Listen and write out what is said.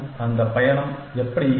அந்த பயணம் எப்படி இருக்கும்